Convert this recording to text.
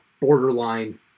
borderline